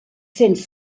cents